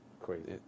Crazy